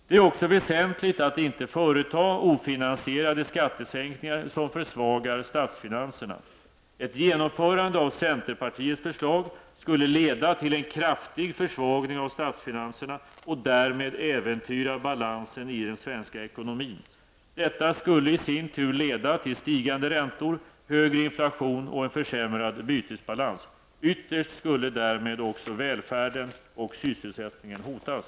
Det är också väsentligt att inte företa ofinansierade skattesänkningar som försvagar statsfinanserna. Ett genomförande av centerpartiets förslag skulle leda till en kraftig försvagning av statsfinanserna och därmed äventyra balansen i den svenska ekonomin. Detta skulle i sin tur leda till stigande räntor, högre inflation och en försämrad bytesbalans. Ytterst skulle därmed också välfärden och sysselsättningen hotas.